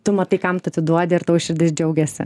tu matai kam tu atiduodi ar tau širdis džiaugiasi